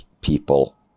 people